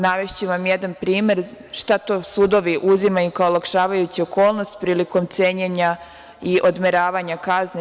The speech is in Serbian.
Navešću vam jedan primer, šta to sudovi uzimaju kao olakšavajuću okolnost prilikom cenjenja i odmeravanja kazne.